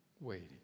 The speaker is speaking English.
waiting